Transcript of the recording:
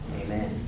Amen